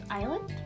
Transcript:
island